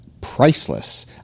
Priceless